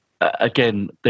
again